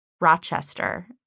Rochester